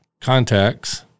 contacts